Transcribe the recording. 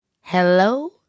Hello